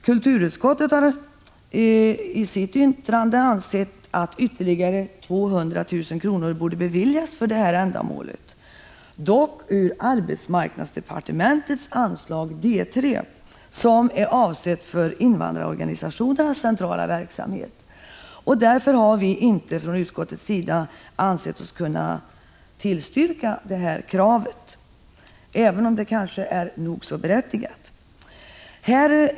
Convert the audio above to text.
Kulturutskottet har i sitt yttrande ansett att ytterligare 200 000 kr. borde beviljas för ändamålet, dock ur arbetsmarknadsdepartementets anslag D 3, som är avsett för invandrarorganisationernas centrala verksamhet. Därför har vi från utskottets sida inte ansett oss kunna tillstyrka kravet, även om det kanske är nog så berättigat.